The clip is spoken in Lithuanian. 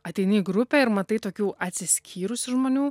ateini į grupę ir matai tokių atsiskyrusių žmonių